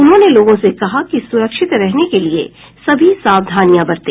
उन्होंने लोगों से कहा कि सुरक्षित रहने के लिए सभी सावधानियां बरतें